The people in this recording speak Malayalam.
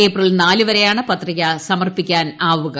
ഏപ്രിൽ നാല് വരെയാണ് പത്രിക സമർപ്പിക്കാനാവുക